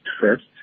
first